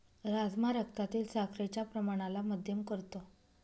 राजमा रक्तातील साखरेच्या प्रमाणाला मध्यम करतो